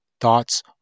Thoughts